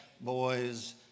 boys